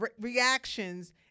reactions